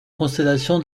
constellation